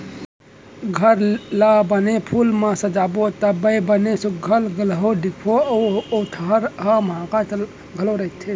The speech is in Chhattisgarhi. घर ला बने फूल म सजाबे त बने सुग्घर घलौ दिखथे अउ ओ ठहर ह माहकत घलौ रथे